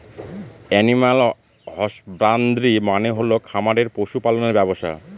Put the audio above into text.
animal husbandry মানে হল খামারে পশু পালনের ব্যবসা